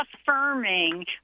affirming